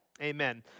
amen